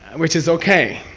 which is okay.